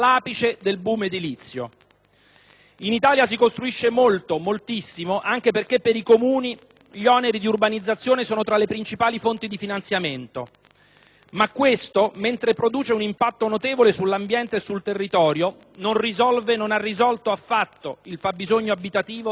In Italia si costruisce molto, moltissimo, anche perché per i Comuni gli oneri di urbanizzazione sono tra le principali fonti di finanziamento: ma questo, mentre produce un impatto notevole sull'ambiente e il territorio, non risolve e non ha risolto affatto il fabbisogno abitativo delle famiglie meno abbienti.